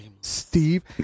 Steve